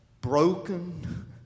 broken